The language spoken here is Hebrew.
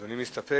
אדוני מסתפק?